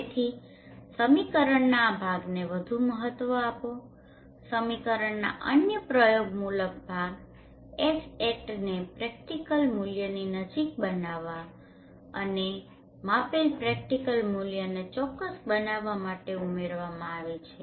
તેથી સમીકરણના આ ભાગને વધુ મહત્વ આપો સમીકરણના અન્ય પ્રયોગમૂલક ભાગ Hat ને પ્રેક્ટીકલ મુલ્યની નજીક બનાવવા માટે અને માપેલ પ્રેક્ટીકલ મુલ્યને ચોક્કસ બનાવવા માટે ઉમેરવામાં આવે છે